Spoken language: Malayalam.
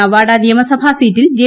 നവാഡ്ാ നിയമസഭാസീറ്റിൽ ജെ